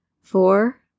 Four